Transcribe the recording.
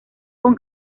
con